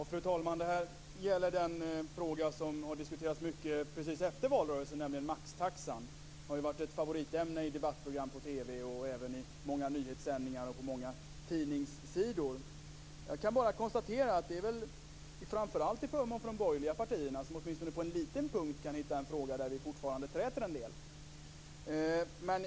Fru talman! Detta gäller den fråga som har diskuterats mycket precis efter valrörelsen, nämligen maxtaxan. Det har varit ett favoritämne i debattprogram på TV och även i många nyhetssändningar och på många tidningssidor. Jag kan bara konstatera att det framför allt är till förmån för de borgerliga partierna, som åtminstone på en liten punkt kan hitta en fråga där vi fortfarande träter en del.